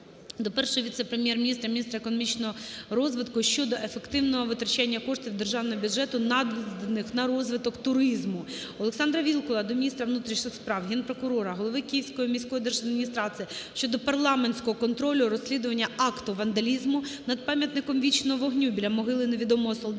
до Першого віце-прем'єр-міністра - міністра економічного розвитку щодо ефективного витрачання коштів державного бюджету, наданих на розвиток туризму. Олександра Вілкула до міністра внутрішніх справ, Генпрокурора, голови Київської міської державної адміністрації щодо парламентського контролю розслідування акту вандалізму над пам'ятником Вічного Вогню біля Могили Невідомого солдата